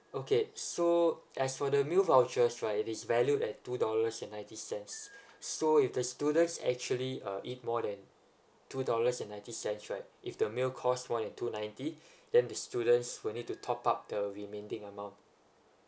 okay so as for the meal vouchers right it is valued at two dollars and ninety cents so if the students actually uh eat more than two dollars and ninety cents right if the meal cost more than two ninety then the students will need to top up the remaining amount